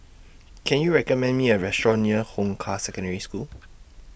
Can YOU recommend Me A Restaurant near Hong Kah Secondary School